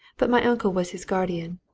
but my uncle was his guardian.